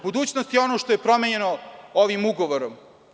Budućnost je ono što je promenjeno ovim ugovorom.